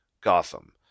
Gotham